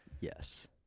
Yes